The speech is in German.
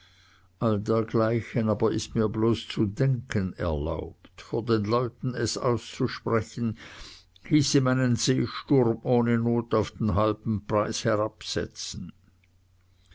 all dergleichen aber ist mir bloß zu denken erlaubt vor den leuten es aussprechen hieße meinen seesturm ohne not auf den halben preis herabsetzen